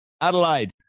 Adelaide